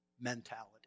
mentality